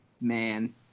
man